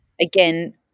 again